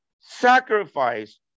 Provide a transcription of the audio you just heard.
sacrifice